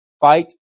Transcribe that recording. fight